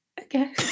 Okay